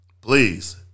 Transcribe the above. Please